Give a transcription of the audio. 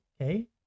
okay